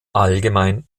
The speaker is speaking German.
allgemein